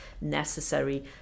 necessary